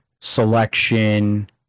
selection